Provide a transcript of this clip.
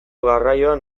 garraioan